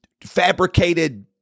fabricated